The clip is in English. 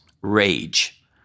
Rage